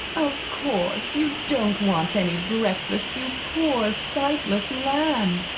of course, you don't want any breakfast, you poor, sightless lamb,